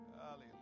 Hallelujah